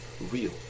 real